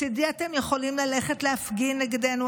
מצידי אתם יכולים ללכת להפגין נגדנו,